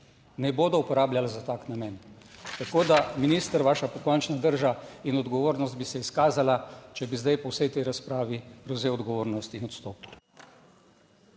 ne bodo uporabljala za tak namen. Tako, da minister vaša pokončna drža in odgovornost bi se izkazala, če bi zdaj po vsej tej razpravi prevzel odgovornost in odstopil.